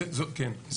כן.